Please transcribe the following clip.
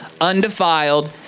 undefiled